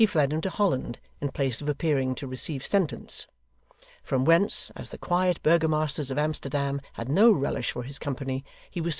he fled into holland in place of appearing to receive sentence from whence, as the quiet burgomasters of amsterdam had no relish for his company,